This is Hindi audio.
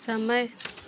समय